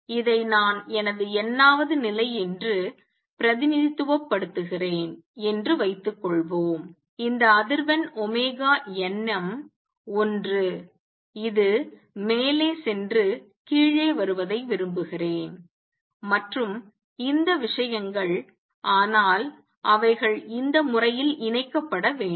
இதை நான் எனது n வது நிலை என்று பிரதிநிதித்துவப் படுத்துகிறேன் என்று வைத்துக்கொள்வோம் இந்த அதிர்வெண் nn ஒன்று இது மேலே சென்று கீழே வருவதை விரும்புகிறேன் மற்றும் இந்த விஷயங்கள் ஆனால் அவைகள் இந்த முறையில் இணைக்கப்பட வேண்டும்